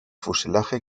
fuselaje